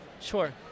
Sure